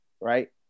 Right